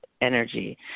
energy